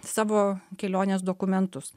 savo kelionės dokumentus